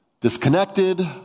disconnected